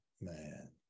man